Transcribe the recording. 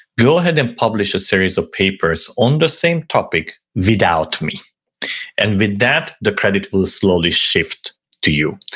go ahead and publish a series of papers on the same topic without me and with that the credit will slowly shift to you.